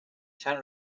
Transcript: china